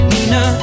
Nina